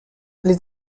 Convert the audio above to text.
les